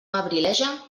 abrileja